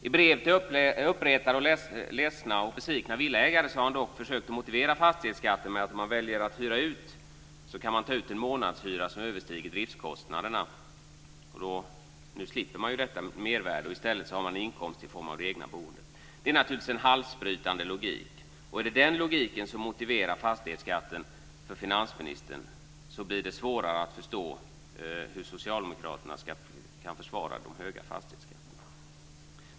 I brev till uppretade, ledsna och besvikna villaägare har han försökt motivera fastighetsskatten med att om man väljer att hyra ut kan man ta ut en månadshyra som överstiger driftskostnaderna. Nu säger finansministern att man slipper detta mervärde. I stället har man en inkomst i form av det egna boendet. Det är en halsbrytande logik. Är det den logiken som motiverar fastighetsskatten för finansministern, så blir det än svårare att hur socialdemokraterna kan försvara de höga fastighetsskatterna.